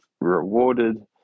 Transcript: rewarded